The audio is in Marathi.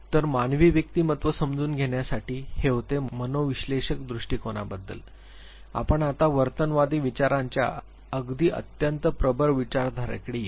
तर मानवी व्यक्तिमत्त्व समजून घेण्यासाठी हे होते मनोविश्लेषक दृष्टीकोनाबद्दल आपण आता वर्तनवादी विचारांच्या अगदी अत्यंत प्रबळ विचारधरेकडे येऊ